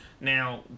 Now